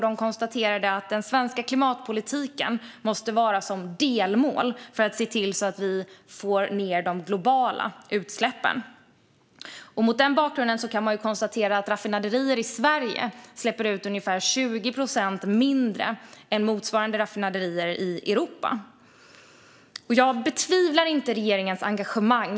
De konstaterade att den svenska klimatpolitiken måste fungera som delmål för att se till att vi får ned de globala utsläppen. Mot denna bakgrund kan man ju konstatera att raffinaderier i Sverige släpper ut ungefär 20 procent mindre än motsvarande raffinaderier i Europa. Jag betvivlar inte regeringens engagemang.